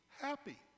happy